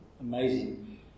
amazing